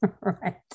Right